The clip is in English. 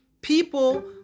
people